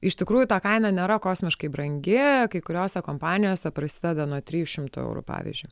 iš tikrųjų ta kaina nėra kosmiškai brangi kai kuriose kompanijose prasideda nuo trijų šimtų eurų pavyzdžiui